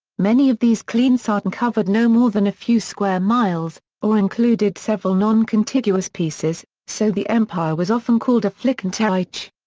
many of these kleinstaaten covered no more than a few square miles, or included several non-contiguous pieces, so the empire was often called a flickenteppich.